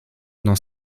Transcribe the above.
dans